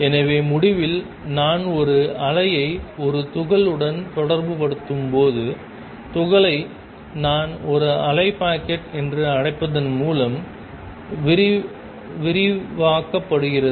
எனவே முடிவில் நான் ஒரு அலையை ஒரு துகள் உடன் தொடர்புபடுத்தும்போது துகளை நான் ஒரு அலை பாக்கெட் என்று அழைப்பதன் மூலம் விவரிக்கப்படுகிறது